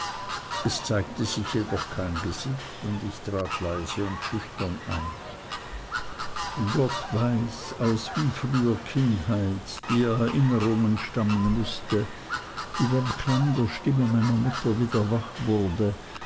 es zeigte sich jedoch kein gesicht und ich trat leise und schüchtern ein gott weiß aus wie früher kindheit die erinnerung stammen mußte die beim klang der stimme meiner mutter wieder wach wurde